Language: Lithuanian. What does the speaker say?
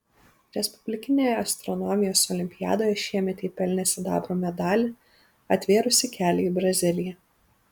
respublikinėje astronomijos olimpiadoje šiemet ji pelnė sidabro medalį atvėrusį kelią į braziliją